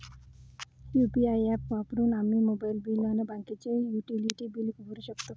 UPI app वापरून आम्ही mobile bill अन बाकीचे युटिलिटी बिल भरू शकतो